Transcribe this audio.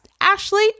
Ashley